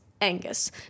Angus